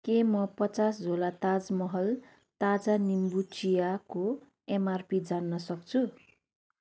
के म पचास झोला ताज महल ताजा निम्बु चिया को एमआरपी जान्न सक्छु